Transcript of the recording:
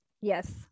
Yes